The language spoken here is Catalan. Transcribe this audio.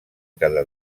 cada